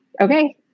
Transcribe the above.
okay